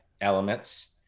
elements